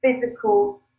physical